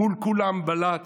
מול כולם בלט